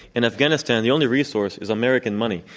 in afghanistan the only resource is american money.